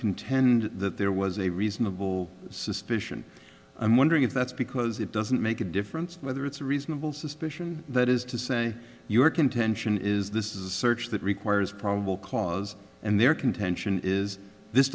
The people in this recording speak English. contend that there was a reasonable suspicion i'm wondering if that's because it doesn't make a difference whether it's a reasonable suspicion that is to say your contention is this is a search that requires probable cause and their contention is this